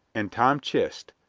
and tom chist,